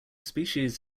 species